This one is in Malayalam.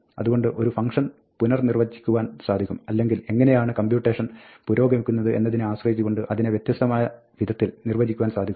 അതുകൊണ്ട് ഒരു ഫംഗ്ഷൻ പുനർനിർവ്വചിക്കുവാൻ സാധിക്കും അല്ലെങ്കിൽ എങ്ങിനെയാണ് കമ്പ്യൂട്ടേഷൻ പുരോഗമിക്കുന്നത് എന്നതിനെ ആശ്രയിച്ചുകൊണ്ട് അതിനെ വ്യത്യസ്തമായ വിധത്തിൽ നിർവ്വചിക്കുവാൻ സാധിക്കും